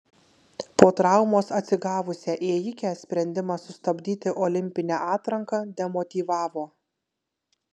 po traumos atsigavusią ėjikę sprendimas sustabdyti olimpinę atranką demotyvavo